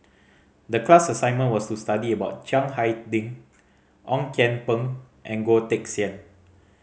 the class assignment was to study about Chiang Hai Ding Ong Kian Peng and Goh Teck Sian